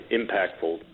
impactful